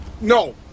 No